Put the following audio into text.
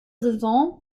saison